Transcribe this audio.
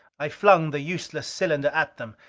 i flung the useless cylinder at them.